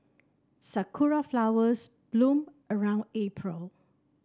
sakura flowers bloom around April